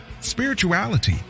spirituality